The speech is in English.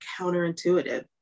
counterintuitive